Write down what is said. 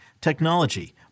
technology